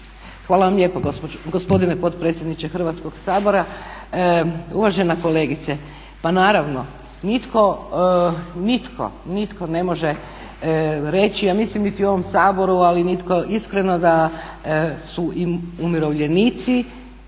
Hvala vam lijepo gospodine potpredsjedniče Hrvatskoga sabora. Uvažena kolegice, pa naravno nitko ne može reći, a mislim niti u ovom Saboru, ali nitko iskreno da su im umirovljenici